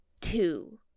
two